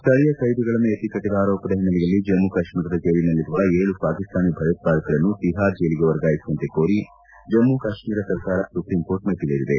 ಸ್ಥಳೀಯ ಕೈದಿಗಳನ್ನು ಎತ್ತಿಕಟ್ಟದ ಆರೋಪದ ಹಿನ್ನೆಲೆಯಲ್ಲಿ ಜಮ್ಮು ಕಾಶ್ಮೀರದ ಜೈಲಿನಲಿರುವ ಏಳು ಪಾಕಿಸ್ತಾನಿ ಭಯೋತ್ಪಾದಕರನ್ನು ತಿಹಾರ್ ಜೈಲಿಗೆ ವರ್ಗಾಯಿಸುವಂತೆ ಕೋರಿ ಜಮ್ನು ಕಾಶ್ಮೀರ ಸರ್ಕಾರ ಸುಪ್ರೀಂ ಕೋರ್ಟ್ ಮೆಟ್ಟಿರೇರಿದೆ